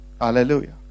Hallelujah